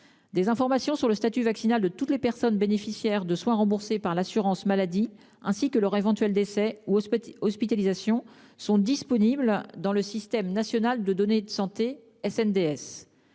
Des informations sur le statut vaccinal de toutes les personnes bénéficiaires de soins remboursés par l'assurance maladie, ainsi que leur éventuel décès ou leur hospitalisation, sont disponibles dans le système national des données de santé (SNDS).